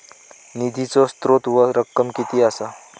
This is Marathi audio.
निधीचो स्त्रोत व रक्कम कीती असा?